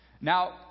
Now